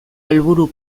helburu